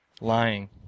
lying